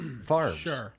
farms